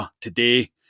today